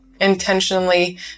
intentionally